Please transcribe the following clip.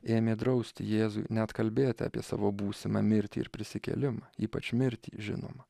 ėmė drausti jėzui net kalbėti apie savo būsimą mirtį ir prisikėlimą ypač mirtį žinoma